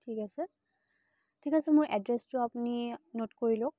ঠিক আছে ঠিক আছে মোৰ এড্ৰেছটো আপুনি নোট কৰি লওক